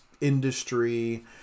industry